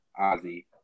Ozzy